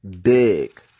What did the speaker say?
big